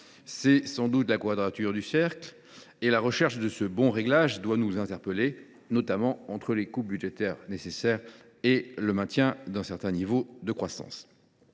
C’est sans doute la quadrature du cercle. La recherche de ce bon réglage doit nous mobiliser, notamment pour ce qui concerne les coupes budgétaires nécessaires et le maintien d’un certain niveau de croissance.